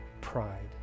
pride